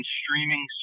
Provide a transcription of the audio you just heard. streaming